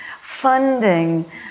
funding